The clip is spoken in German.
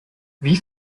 wie